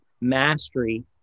mastery